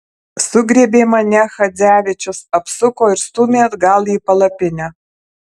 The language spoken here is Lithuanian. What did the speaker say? sugriebė mane chadzevičius apsuko ir stūmė atgal į palapinę